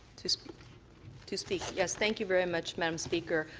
to to speak, yes, thank you very much, madam speaker.